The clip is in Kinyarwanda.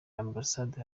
ambasade